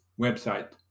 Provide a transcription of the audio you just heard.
website